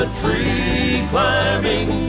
tree-climbing